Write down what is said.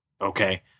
okay